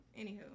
Anywho